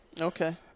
okay